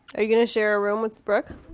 are you going to share a room with brooke?